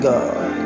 God